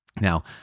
Now